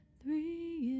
three